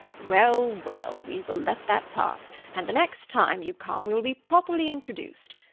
well, well, we will let that pass, and the next time you come we will be properly introduced.